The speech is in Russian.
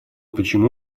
почему